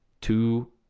two